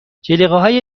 جلیقههای